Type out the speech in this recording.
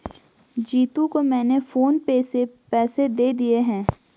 जीतू को मैंने PhonePe से पैसे दे दिए हैं